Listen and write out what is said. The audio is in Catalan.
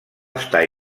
estar